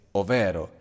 ovvero